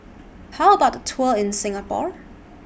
How about A Tour in Singapore